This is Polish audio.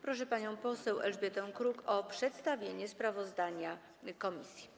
Proszę panią poseł Elżbietę Kruk o przedstawienie sprawozdania komisji.